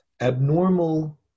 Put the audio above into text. Abnormal